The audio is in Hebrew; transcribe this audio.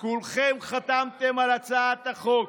כולכם חתמתם על הצעת החוק,